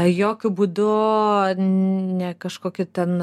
jokiu būdu ne kažkokia ten